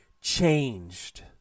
changed